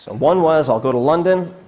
one was, i'll go to london,